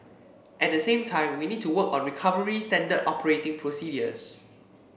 at the same time we need to work on recovery standard operating procedures